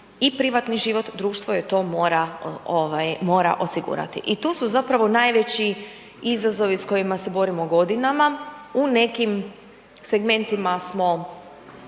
i privatni život, društvo joj to mora osigurati. I tu su zapravo najveći izazovi s kojima se borimo godinama. U nekim segmentima smo